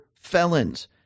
felons